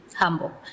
humble